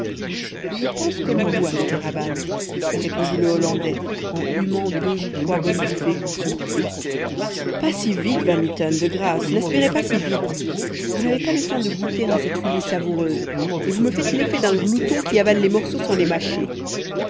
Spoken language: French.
je pense comme vous ami kéraban répondit le hollandais en humant deux ou trois bonnes bouffées coup sur coup pas si vite van mitten de grâce n'aspirez pas si vite vous n'avez pas le temps de goûter à cette fumée savoureuse et vous me faites l'effet d'un glouton qui avale les morceaux sans les mâcher